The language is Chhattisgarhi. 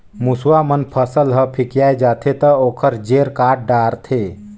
मूसवा मन फसल ह फिकिया जाथे त ओखर जेर काट डारथे